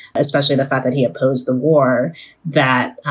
especially the fact that he opposed the war that,